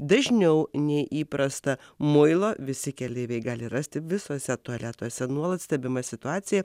dažniau nei įprasta muilo visi keleiviai gali rasti visuose tualetuose nuolat stebima situacija